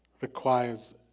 requires